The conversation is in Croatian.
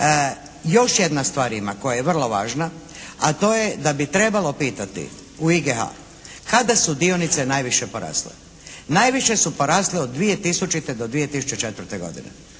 Još jedna stvar ima koja je vrlo važna, a to je da bi trebalo pitati u IGH kada su dionice najviše porasle. Najviše su porasle od 2000. do 2004. a ne